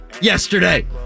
yesterday